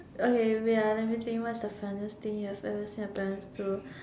okay wait ah let me think what is the funniest thing you have ever seen your parents do